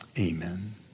amen